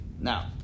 now